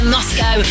Moscow